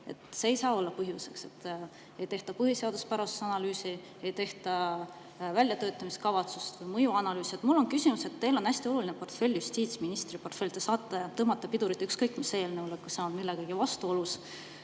See ei saa olla põhjus, miks ei tehta põhiseaduspärasuse analüüsi, väljatöötamiskavatsust või mõjuanalüüsi. Mul on küsimus. Teil on hästi oluline portfell, justiitsministri portfell, te saate tõmmata pidurit ükskõik mis eelnõule, kui see on millegagi vastuolus.